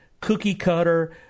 cookie-cutter